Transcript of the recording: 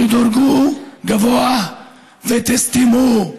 תדורגו גבוה ותסתמו,